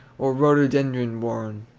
or rhododendron worn.